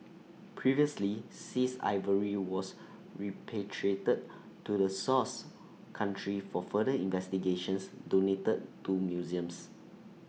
previously seized ivory was repatriated to the source country for further investigations donated to museums